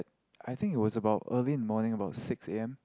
I think it was about early in the morning about six A_M